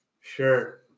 Sure